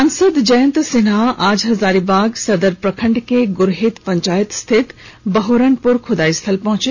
सांसद जयंत सिन्हा आज हजारीबाग सदर प्रखंड के ग्रहेत पंचायत स्थित बहोरनपुर खुदाई स्थल पहुंचे